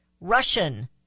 Russian